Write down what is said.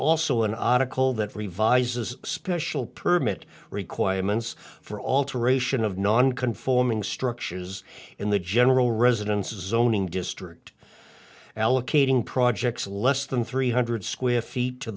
also an article that revise as a special permit requirements for alteration of non conforming structures in the general residences zoning district allocating projects less than three hundred square feet to